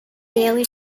daily